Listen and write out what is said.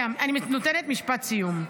אני נותנת משפט סיום.